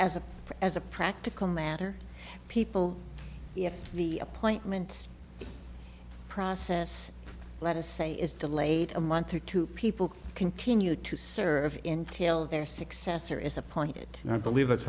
a as a practical matter people if the appointments process let us say is delayed a month or two people continue to serve in till they're successor is appointed and i believe that's